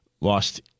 lost